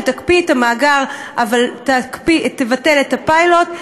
שתקפיא את המאגר אבל תבטל את הפיילוט.